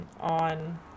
on